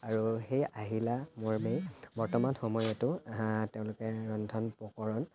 আৰু সেই আহিলা মৰ্মে বৰ্তমান সময়তো তেওঁলোকে ৰন্ধন প্ৰকৰণ